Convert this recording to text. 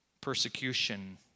persecution